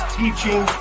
teaching